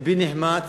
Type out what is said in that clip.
לבי נחמץ.